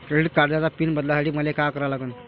Credit कार्डाचा PIN बदलासाठी मले का करा लागन?